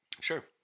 Sure